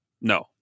no